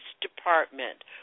department